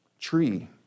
tree